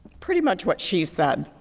pretty much what she said.